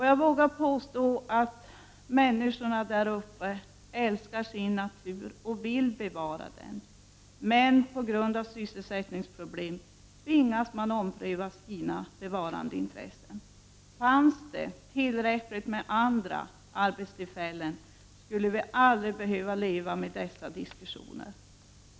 Jag vågar påstå att människorna där uppe älskar sin natur och vill bevara den, men på grund av sysselsättningsproblem tvingas de ompröva sina bevarandeintressen. Fanns det tillräckligt med arbetstillfällen, skulle vi aldrig behöva leva med dessa diskussioner.